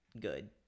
good